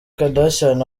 kardashian